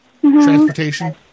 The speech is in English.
Transportation